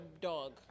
dog